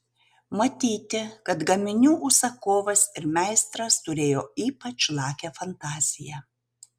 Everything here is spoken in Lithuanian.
matyti kad gaminių užsakovas ir meistras turėjo ypač lakią fantaziją